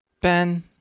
Ben